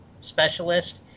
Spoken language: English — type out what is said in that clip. specialist